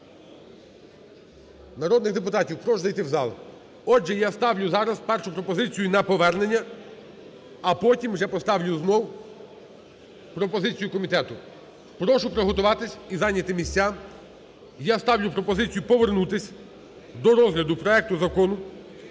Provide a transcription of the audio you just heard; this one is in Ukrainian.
Народних депутатів прошу зайти в зал. Отже, я ставлю зараз першу пропозицію на повернення, а потім вже поставлю знову пропозицію комітету, прошу приготуватися і зайняти місця. Я ставлю пропозицію повернутися до розгляду проекту Закону